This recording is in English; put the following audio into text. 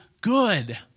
good